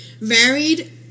varied